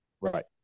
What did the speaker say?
Right